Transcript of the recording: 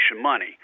money